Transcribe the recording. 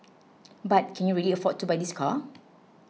but can you really afford to buy this car